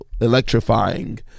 Electrifying